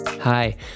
Hi